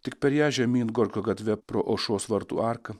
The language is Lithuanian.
tik per ją žemyn gorkio gatve pro aušros vartų arką